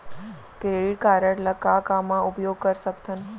Credit card ला का का मा उपयोग कर सकथन?